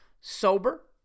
sober